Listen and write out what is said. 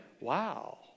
wow